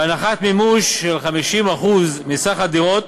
בהנחת מימוש של 50% מסך הדירות,